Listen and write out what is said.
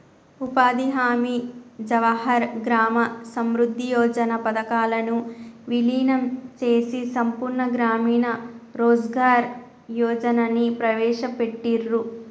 ఉపాధి హామీ, జవహర్ గ్రామ సమృద్ధి యోజన పథకాలను వీలీనం చేసి సంపూర్ణ గ్రామీణ రోజ్గార్ యోజనని ప్రవేశపెట్టిర్రు